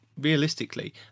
Realistically